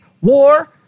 war